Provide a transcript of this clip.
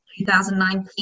2019